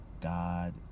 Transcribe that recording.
God